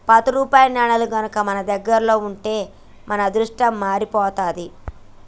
పాత రూపాయి నాణేలు గనక మన దగ్గర ఉంటే మన అదృష్టం మారిపోతాది